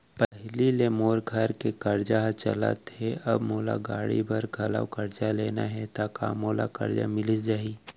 पहिली ले मोर घर के करजा ह चलत हे, अब मोला गाड़ी बर घलव करजा लेना हे ता का मोला करजा मिलिस जाही?